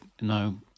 no